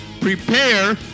prepare